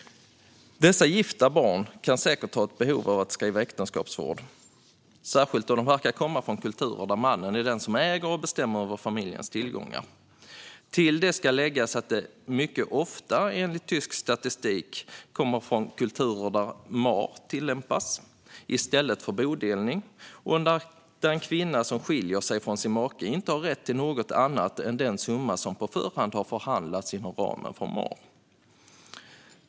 Dessa gifta barn kan säkert ha ett behov av att skriva äktenskapsförord, särskilt då de verkar komma från kulturer där mannen är den som äger och bestämmer över familjens tillgångar. Till det ska läggas att de mycket ofta, enligt tysk statistik, kommer från kulturer där mahr tillämpas i stället för bodelning och där en kvinna som skiljer sig från sin make inte har rätt till något annat än den summa som på förhand har förhandlats fram inom ramen för mahr.